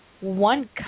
one